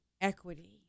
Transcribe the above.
equity